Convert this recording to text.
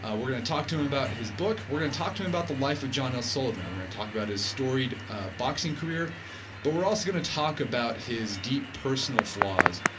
ah we're going to talk to him about his book. we're going to talk to him about the life of john l. sullivan. we're going to talk about his storied ah boxing career but we're also going to talk about his deep personal flaws.